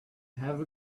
have